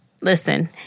listen